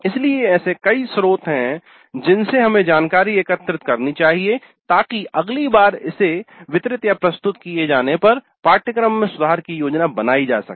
इसलिए ऐसे कई स्रोत हैं जिनसे हमें जानकारी एकत्र करनी चाहिए ताकि अगली बार इसे वितरितप्रस्तुत किए जाने पर पाठ्यक्रम में सुधार की योजना बनायीं जा सके